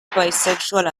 bisexual